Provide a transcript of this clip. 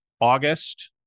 August